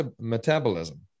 metabolism